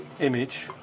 image